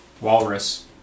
Walrus